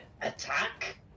attack